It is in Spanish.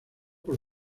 por